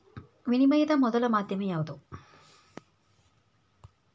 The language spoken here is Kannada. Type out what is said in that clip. ವಿನಿಮಯದ ಮೊದಲ ಮಾಧ್ಯಮ ಯಾವ್ದು